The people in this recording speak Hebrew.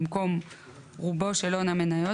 במקום "רובו של הון המניות"